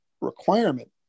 requirement